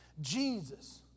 Jesus